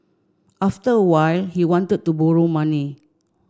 after a while he wanted to borrow money